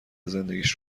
زندگیش